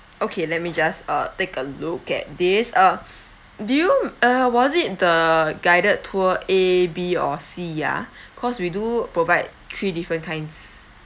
okay let me just uh take a look at this uh do you uh was it the guided tour A B or C ah cause we do provide three different kinds